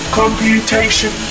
computation